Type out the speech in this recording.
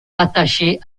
attaché